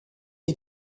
est